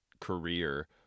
career